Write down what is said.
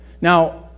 Now